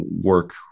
work